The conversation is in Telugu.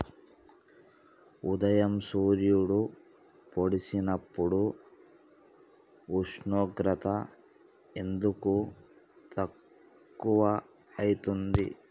ఉదయం సూర్యుడు పొడిసినప్పుడు ఉష్ణోగ్రత ఎందుకు తక్కువ ఐతుంది?